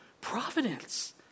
providence